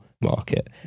market